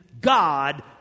God